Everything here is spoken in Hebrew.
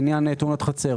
תאונות חצר